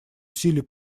усилий